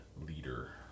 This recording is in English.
leader